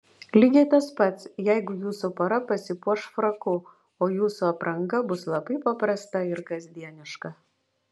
lygiai tas pats jeigu jūsų pora pasipuoš fraku o jūsų apranga bus labai paprasta ir kasdieniška